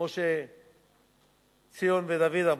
כמו שציון ודוד אמרו,